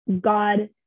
God